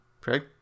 Craig